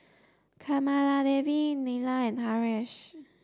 Kamaladevi Neila and Haresh